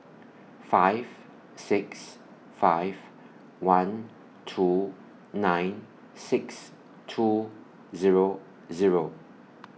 five six five one two nine six two Zero Zero